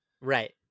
Right